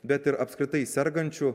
bet ir apskritai sergančių